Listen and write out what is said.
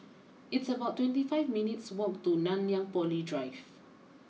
it's about twenty five minutes walk to Nanyang Poly Drive